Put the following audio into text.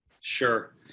Sure